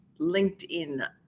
LinkedIn